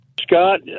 Scott